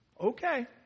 okay